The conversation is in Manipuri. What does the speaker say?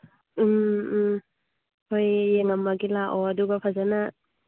ꯎꯝ ꯎꯝ ꯍꯣꯏ ꯌꯦꯡꯉꯝꯃꯒꯦ ꯂꯥꯛꯑꯣ ꯑꯗꯨꯒ ꯐꯖꯅ